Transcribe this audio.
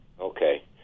Okay